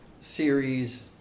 series